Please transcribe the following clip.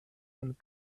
and